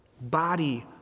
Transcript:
body